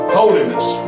holiness